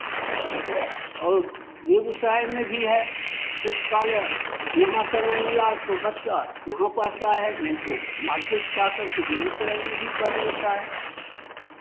और बेगूसराय में भी है पुस्तकालय यहाँ समय मिला तो बच्चा यहाँ पढ़ता है नहीं तो मार्केट जा कर के बेगूसराय में भी पढ़ लेता है